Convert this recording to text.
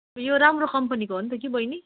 यो राम्रो कम्पनीको हो नि त कि बहिनी